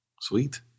Sweet